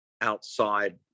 outside